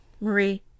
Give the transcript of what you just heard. Marie